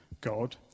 God